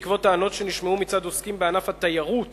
בעקבות טענות שנשמעו מצד עוסקים בענף התיירות